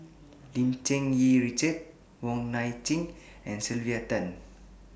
Lim Cherng Yih Richard Wong Nai Chin and Sylvia Tan